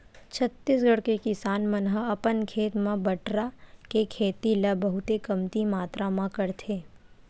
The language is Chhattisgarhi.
छत्तीसगढ़ के किसान मन ह अपन खेत म बटरा के खेती ल बहुते कमती मातरा म करथे